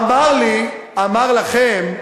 אמר לי, אמר לכם,